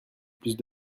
plus